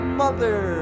mother